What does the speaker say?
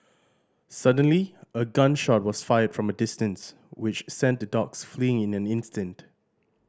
suddenly a gun shot was fired from a distance which sent the dogs fleeing in an instant